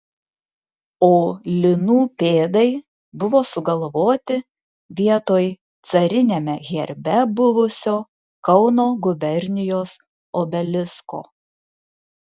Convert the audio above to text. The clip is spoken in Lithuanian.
o linų pėdai buvo sugalvoti vietoj cariniame herbe buvusio kauno gubernijos obelisko